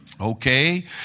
Okay